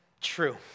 true